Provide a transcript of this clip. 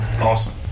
awesome